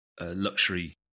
luxury